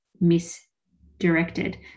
misdirected